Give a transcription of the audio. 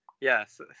Yes